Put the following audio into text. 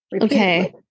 Okay